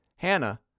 Hannah